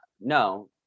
no